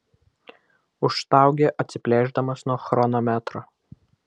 užstaugė atsiplėšdamas nuo chronometro